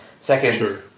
Second